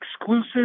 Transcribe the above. exclusive